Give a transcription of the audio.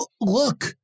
look